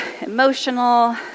emotional